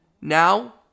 now